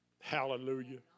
Hallelujah